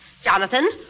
Jonathan